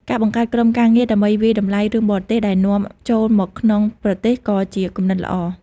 ការបង្កើតក្រុមការងារដើម្បីវាយតម្លៃរឿងបរទេសដែលនាំចូលមកក្នុងប្រទេសក៏ជាគំនិតល្អ។